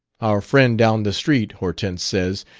our friend down the street, hortense says,